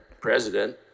President